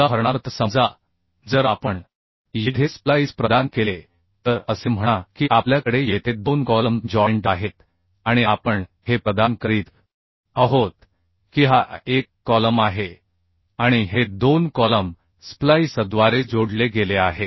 उदाहरणार्थ समजा जर आपण येथे स्प्लाईस प्रदान केले तर असे म्हणा की आपल्याकडे येथे दोन कॉलम जॉइंट आहेत आणि आपण हे प्रदान करीत आहोत की हा एक कॉलम आहे आणि हे दोन कॉलम स्प्लाईसद्वारे जोडले गेले आहेत